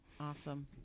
Awesome